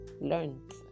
learned